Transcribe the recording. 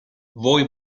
voi